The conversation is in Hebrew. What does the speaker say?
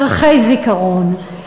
ערכי זיכרון,